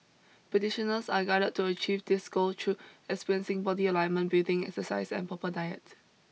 practitioners are guided to achieve this goal through experiencing body alignment breathing exercise and proper diet